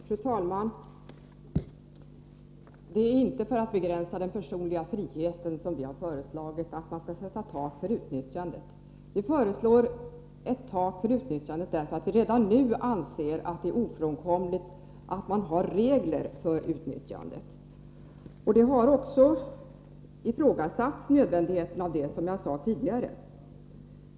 Fru talman! Det är inte för att begränsa den personliga friheten som vi har föreslagit att man skall sätta tak för utnyttjandet. Vi föreslår ett tak för utnyttjandet redan nu därför att vi anser att det är ofrånkomligt att man har regler för utnyttjandet. Nödvändigheten av det har också, som jag tidigare sade, aktualiserats såväl av riksdagen som av departementschefen.